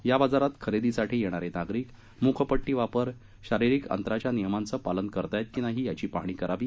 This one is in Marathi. या बाजारात खरेदीसाठी येणारे नागरिक मुखपट्टी वापर शारीरिक अंतराच्या नियमाच पालन करत आहे की नाही याची पाहणी करावी